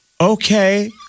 Okay